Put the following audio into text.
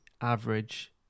average